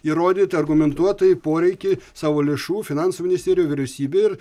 įrodyt argumentuotai poreikį savo lėšų finansų ministerijoj vyriausybėj ir